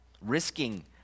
risking